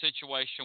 situation